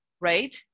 right